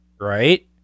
right